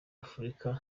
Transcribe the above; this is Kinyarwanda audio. afurika